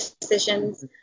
decisions